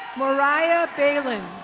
mariah baylin.